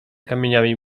kamieniami